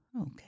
Okay